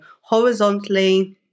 horizontally